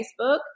Facebook